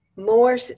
more